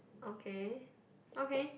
okay okay